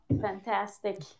Fantastic